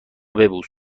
ببوس